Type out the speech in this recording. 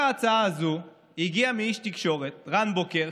ההצעה הזו דווקא הגיעה מאיש תקשורת רן בוקר,